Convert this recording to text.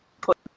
put